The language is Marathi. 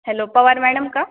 हॅलो पवार मॅडम का